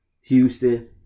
Houston